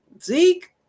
zeke